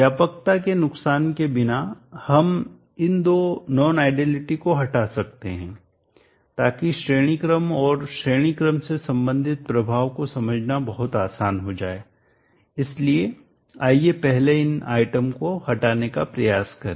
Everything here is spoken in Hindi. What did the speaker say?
व्यापकता के नुकसान के बिना हम इन दो नॉन आइडियलिटी को हटा सकते हैं ताकि श्रेणी क्रम और श्रेणी क्रम से संबंधित प्रभाव को समझना बहुत आसान हो जाए और इसलिए आइए पहले इन आइटम को हटाने का प्रयास करें